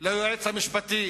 ליועץ המשפטי